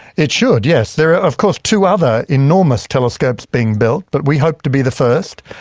it should, yes. there are of course two other enormous telescopes being built but we hope to be the first.